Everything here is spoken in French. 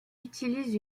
utilisent